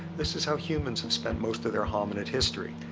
this is how humans have spent most of their hominid history.